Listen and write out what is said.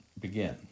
begin